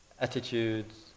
Attitudes